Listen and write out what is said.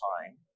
time